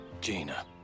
Gina